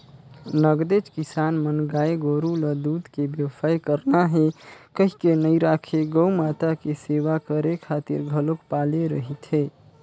नगदेच किसान मन गाय गोरु ल दूद के बेवसाय करना हे कहिके नइ राखे गउ माता के सेवा करे खातिर घलोक पाले रहिथे